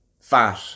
fat